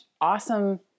awesome